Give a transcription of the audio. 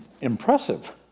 Impressive